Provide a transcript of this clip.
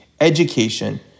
education